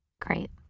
Great